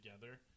together